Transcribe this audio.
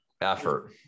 effort